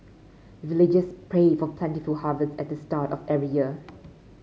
villagers pray for plentiful harvest at the start of every year